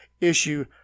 issue